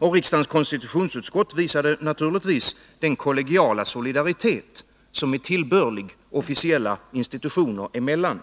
Och riksdagens konstitutionsutskott visade naturligtvis den kollegiala solidaritet som är tillbörlig officiella institutioner emellan.